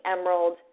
Emerald